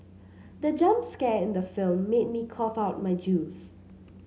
the jump scare in the film made me cough out my juice